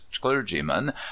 clergyman